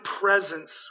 presence